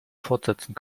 fortsetzen